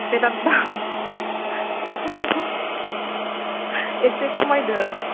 बेराद दाम एसे खमायदो